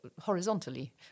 horizontally